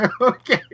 Okay